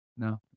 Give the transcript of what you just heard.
No